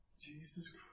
Jesus